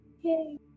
Yay